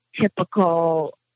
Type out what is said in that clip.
typical